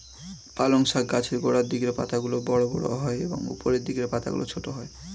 পালং শাক গাছের গোড়ার দিকের পাতাগুলো বড় বড় হয় এবং উপরের দিকের পাতাগুলো ছোট হয়